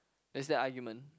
is that argument